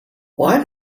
why